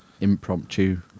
impromptu